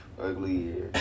ugly